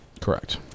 Correct